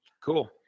cool